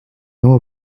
know